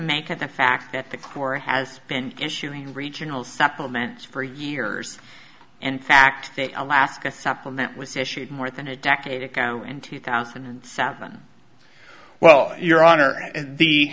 make of the fact that the corps has been issuing regional supplements for years and fact that alaska supplement was issued more than a decade ago in two thousand and seven well your honor